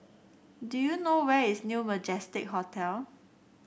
do you know where is New Majestic Hotel